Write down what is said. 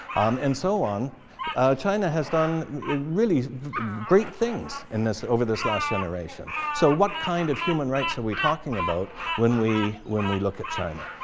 and so china has done really great things in this over this last generation. so what kind of human rights are we talking about when we when we look at china?